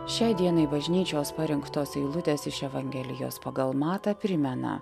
šiai dienai bažnyčios parinktos eilutės iš evangelijos pagal matą primena